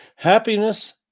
Happiness